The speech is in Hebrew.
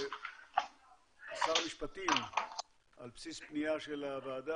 ששר המשפטים על בסיס פנייה של הוועדה,